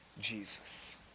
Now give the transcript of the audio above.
Jesus